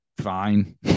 fine